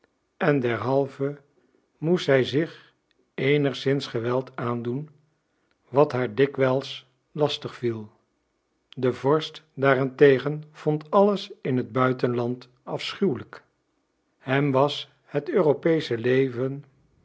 en derhalve moest zij zich eenigszins geweld aandoen wat haar dikwijls lastig viel de vorst daarentegen vond alles in het buitenland afschuwelijk hem was het europeesche leven